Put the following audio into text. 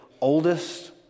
oldest